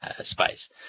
space